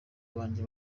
banjye